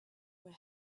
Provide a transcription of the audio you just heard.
were